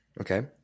Okay